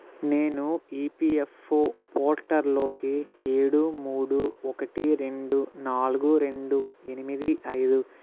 నేను EPF portal లోకి ఏడు మూడు ఒకటి రెండు నాలుగు రెండు ఎనిమిది ఐదు